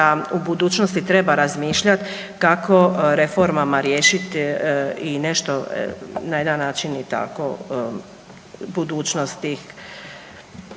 da u budućnosti treba razmišljati kako reformama riješiti nešto, na jedan način i tako budućnost.